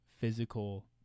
physical